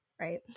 right